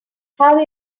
have